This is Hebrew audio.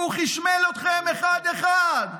והוא חשמל אתכם אחד-אחד,